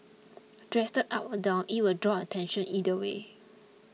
dressed up or down it will draw attention either way